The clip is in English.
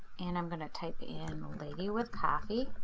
and i'm gonna type in lady with coffee